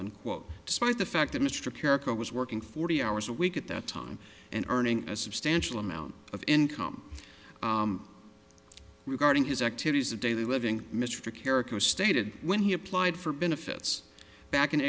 unquote despite the fact that mr character was working forty hours a week at that time and earning a substantial amount of income regarding his activities of daily living mr character stated when he applied for benefits back in